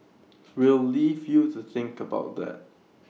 we'll leave you to think about that